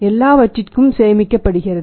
எல்லாவற்றிற்கும் சேமிக்கப்படுகிறது